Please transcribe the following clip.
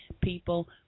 People